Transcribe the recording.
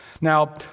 Now